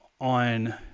on